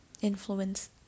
influence